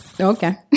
Okay